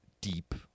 deep